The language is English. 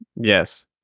Yes